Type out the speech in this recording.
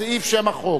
לשם החוק.